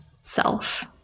self